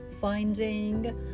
finding